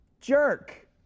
jerk